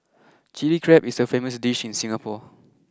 Chilli Crab is a famous dish in Singapore